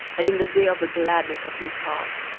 and in the day of the gladness of his heart.